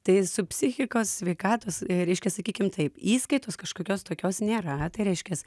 tai su psichikos sveikatos reiškia sakykim taip įskaitos kažkokios tokios nėra tai reiškias